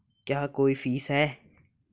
क्या कोई फीस है?